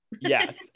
Yes